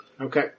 Okay